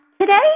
Today